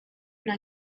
una